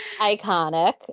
Iconic